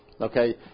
Okay